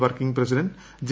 working president J